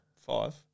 Five